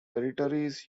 territories